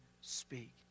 speak